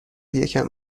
یکم